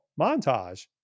montage